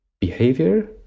behavior